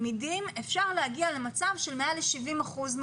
אפשר להגיע למצב של מעל ל-70 אחוזים